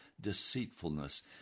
deceitfulness